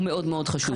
הוא מאוד מאוד חשוב.